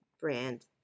brand